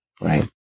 right